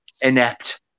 Inept